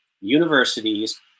universities